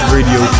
Radio